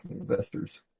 investors